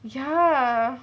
ya